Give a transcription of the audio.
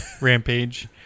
Rampage